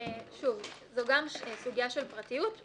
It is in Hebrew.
זו גם סוגיה של פרטיות,